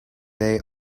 they